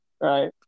Right